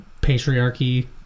patriarchy